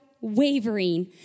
wavering